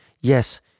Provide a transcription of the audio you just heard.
yes